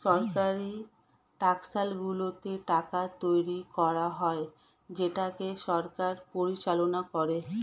সরকারি টাকশালগুলোতে টাকা তৈরী করা হয় যেটাকে সরকার পরিচালনা করে